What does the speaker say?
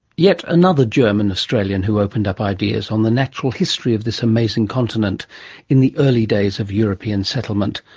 yet another german australian who opened up ideas on the natural history of this amazing continent in the early days of european settlement.